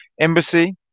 Embassy